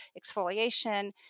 exfoliation